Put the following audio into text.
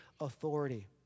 authority